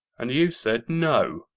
and you said no.